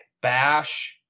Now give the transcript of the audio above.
bash